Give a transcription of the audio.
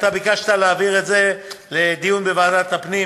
אתה ביקשת להעביר את זה לדיון בוועדת הפנים,